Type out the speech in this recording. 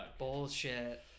Bullshit